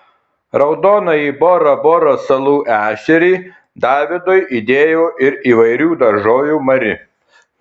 raudonąjį bora bora salų ešerį davidui įdėjo ir įvairių daržovių mari